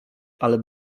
ale